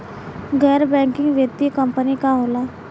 गैर बैकिंग वित्तीय कंपनी का होला?